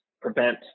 prevent